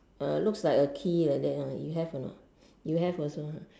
uh looks like a key like that ah you have or not you have also !huh!